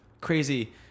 crazy